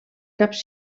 caps